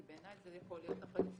כי בעיני זו יכולה להיות אחריות סטטוטורית,